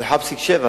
הוא 1.7,